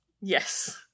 Yes